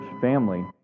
family